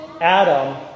Adam